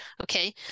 Okay